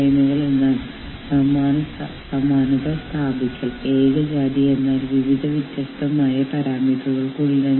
പക്ഷേ എന്താണ് നിയമപരവും എന്താണ് അല്ലാത്തതും എന്നത് തമ്മിൽ വളരെ സൂക്ഷ്മമായ വ്യത്യാസങ്ങൾ ആണ് ഉള്ളത്